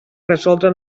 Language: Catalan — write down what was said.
resoldre